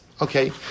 Okay